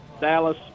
Dallas